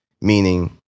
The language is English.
meaning